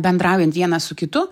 bendraujant vienas su kitu